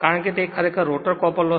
કારણ કે તે ખરેખર રોટર કોપર લોસ હશે